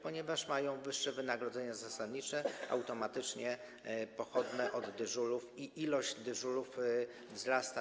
Ponieważ mają wyższe wynagrodzenia zasadnicze, automatycznie pochodne od dyżurów i liczba dyżurów wzrastają.